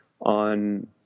on